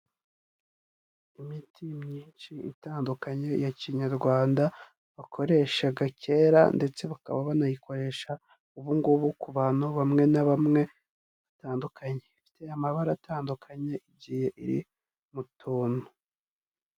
Imiti myinshi itandukanye ya Kinyarwanda, bakoreshaga kera ndetse bakaba banayikoresha ubu ngubu ku bantu bamwe na bamwe batandukanye, ifite amabara atandukanye igiye iri mu tuntu.